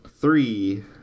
Three